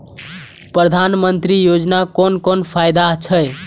प्रधानमंत्री योजना कोन कोन फायदा छै?